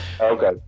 Okay